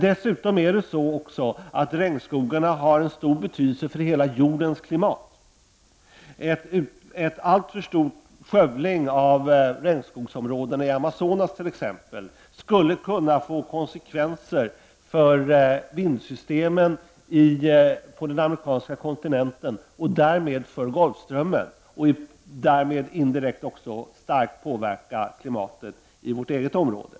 Dessutom har regnskogarna stor betydelse för hela jordens mat. En allt för stor skövling av regnskogarna i exempelvis Amazonas skulle kunna få konsekvenser för vindsystemet på den amerikanska kontintenten och därmed för golfströmmen. Indirekt skulle det också starkt påverka klimatet i vårt eget område.